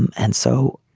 and so